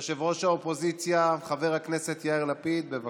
יושב-ראש האופוזיציה חבר הכנסת יאיר לפיד, בבקשה.